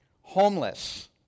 homeless